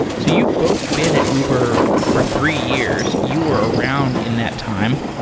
so you've both been at uber for three years. you are around in that time.